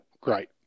great